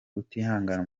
utihangana